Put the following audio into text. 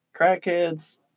crackheads